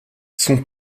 son